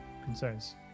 Concerns